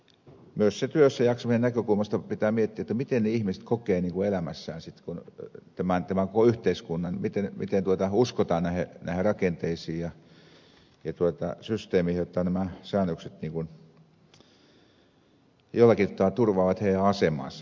myös työssäjaksamisen näkökulmasta pitää miettiä miten ne ihmiset kokevat sitten elämässään tämän koko yhteiskunnan miten uskotaan näihin rakenteisiin ja systeemeihin jotta nämä säännökset jollakin tavalla turvaavat heidän asemansa